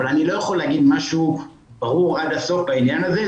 אבל אני לא יכול להגיד משהו ברור עד הסוף בעניין הזה,